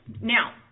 now